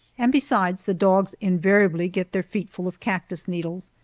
and besides, the dogs invariably get their feet full of cactus needles,